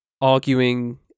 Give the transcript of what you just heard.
arguing